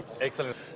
Excellent